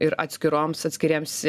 ir atskiroms atskiriems